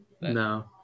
No